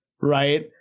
Right